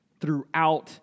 throughout